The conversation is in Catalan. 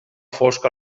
fosc